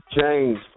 change